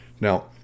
Now